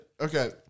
Okay